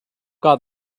got